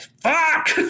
fuck